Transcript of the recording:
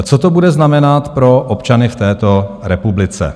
Co to bude znamenat pro občany v této republice?